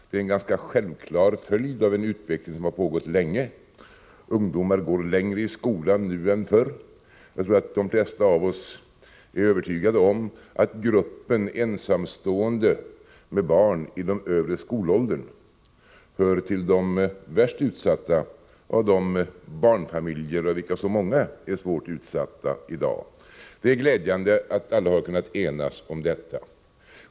Det är en ganska självklar följd av en utveckling som har pågått länge. Ungdomar går längre i skolan nu än förr. Jag tror att de flesta av oss är övertygade om att gruppen ensamstående med barn i den övre skolåldern hör till de värst utsatta av de många barnfamiljer som i dag har det svårt. Det är glädjande att alla har kunnat enas om detta.